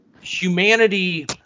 humanity